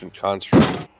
construct